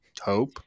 hope